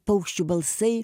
paukščių balsai